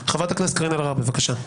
חברת הכנסת קארין אלהרר, בבקשה.